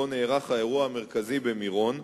שבו נערך האירוע המרכזי במירון,